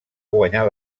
guanyar